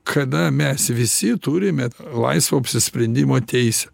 kada mes visi turime laisvo apsisprendimo teisę